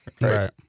Right